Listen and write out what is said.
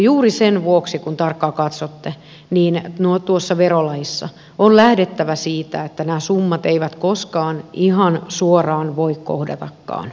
juuri sen vuoksi kun tarkkaan katsotte tuossa verolajissa on lähdettävä siitä että nämä summat eivät koskaan ihan suoraan voikaan kohdata